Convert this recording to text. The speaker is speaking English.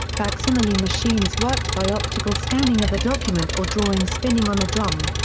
facsimile machines worked by optical scanning of a document or drawing spinning on a drum.